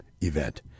event